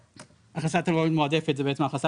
הכנסת טכנולוגית מועדפת זה בעצם הכנסה